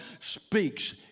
speaks